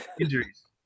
injuries